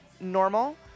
normal